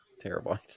terrible